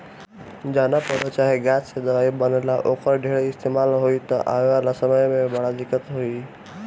जवना पौधा चाहे गाछ से दवाई बनेला, ओकर ढेर इस्तेमाल होई त आवे वाला समय में बड़ा दिक्कत होई